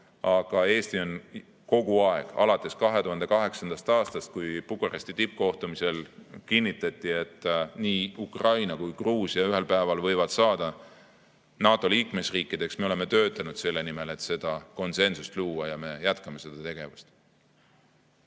Aga Eesti on kogu aeg, alates 2008. aastast, kui Bukaresti tippkohtumisel kinnitati, et nii Ukraina kui ka Gruusia ühel päeval võivad saada NATO liikmesriigiks, töötanud selle nimel, et seda konsensust luua, ja me jätkame seda tegevust.